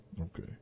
Okay